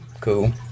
cool